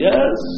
Yes